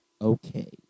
okay